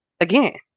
again